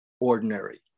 ordinary